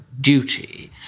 duty